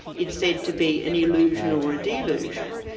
it's said to be an illusion or a delusion.